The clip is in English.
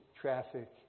traffic